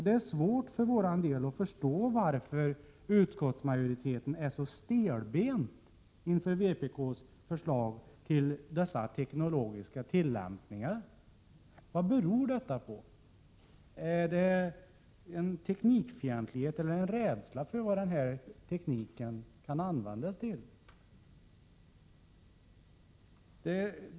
Det är svårt att förstå varför utskottsmajoriteten är så stelbent inför vpk:s förslag till dessa teknologiska tillämpningar. Vad beror detta på? Är det teknikfientlighet eller rädsla för vad denna teknik kan användas till?